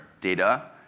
data